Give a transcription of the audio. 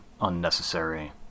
unnecessary